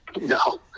No